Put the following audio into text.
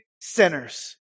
sinners